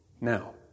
Now